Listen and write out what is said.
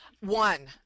One